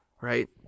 right